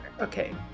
Okay